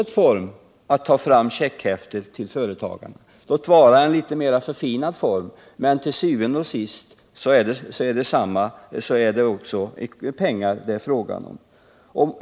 Det är ju också att ta fram checkhäftet till företagarna — låt vara i en litet mera förfinad form. Men til syvende og sidst är det också här fråga om pengar.